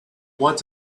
want